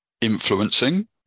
influencing